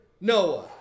Noah